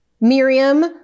Miriam